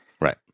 Right